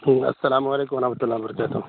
hello السّلام علیکم ورحمۃ اللہ وبرکاتہ